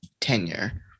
tenure